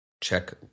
check